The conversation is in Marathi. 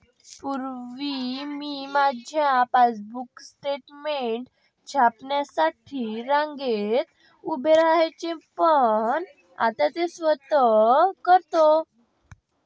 पूर्वी मी माझे पासबुक स्टेटमेंट छापण्यासाठी रांगेत उभे राहायचो पण आता ते स्वतः करतो